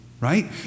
right